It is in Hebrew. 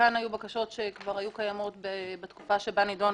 חלקן כבר היו קיימות בתקופה שבה נידון